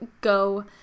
go